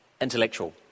intellectual